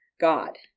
God